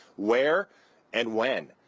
where and when.